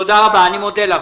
תודה רבה, אני מודה לך.